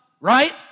Right